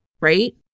right